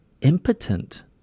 impotent